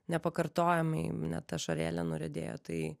nepakartojamai jeigu net ašarėlė nuriedėjo tai